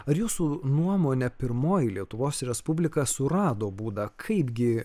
ar jūsų nuomone pirmoji lietuvos respublika surado būdą kaipgi